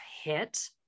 hit